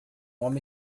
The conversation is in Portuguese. homem